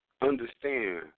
understand